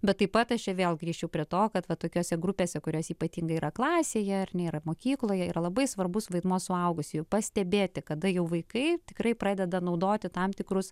bet taip pat aš vėl grįšiu prie to kad va tokiose grupėse kurios ypatingai yra klasėje ar ne yra mokykloje yra labai svarbus vaidmuo suaugusiųjų pastebėti kada jau vaikai tikrai pradeda naudoti tam tikrus